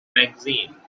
magazine